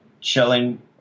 chilling